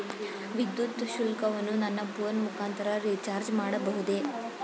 ವಿದ್ಯುತ್ ಶುಲ್ಕವನ್ನು ನನ್ನ ಫೋನ್ ಮುಖಾಂತರ ರಿಚಾರ್ಜ್ ಮಾಡಬಹುದೇ?